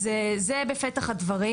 אז זה בפתח הדברים.